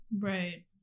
Right